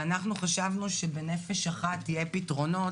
ואנחנו חשבנו שב"נפש אחת" יהיו פתרונות